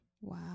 Wow